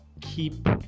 Keep